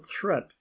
threat